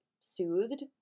soothed